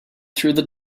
through